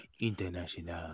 international